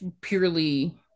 purely